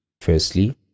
Firstly